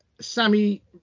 Sammy